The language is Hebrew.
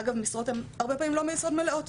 אגב, המשרות הן הרבה פעמים אינן משרות מלאות.